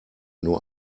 nur